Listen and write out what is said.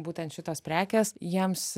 būtent šitos prekės jiems